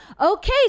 Okay